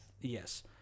yes